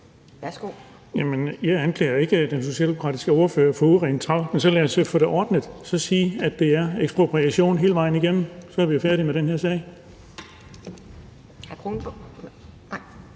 jeg anklager ikke den socialdemokratiske ordfører for urent trav, men så lad os få det ordnet. Lad os sige, at det er ekspropriation hele vejen igennem, og så er vi jo færdige med den her sag.